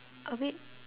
a bit